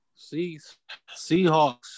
Seahawks